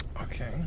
Okay